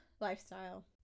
lifestyle